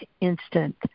instant